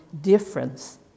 difference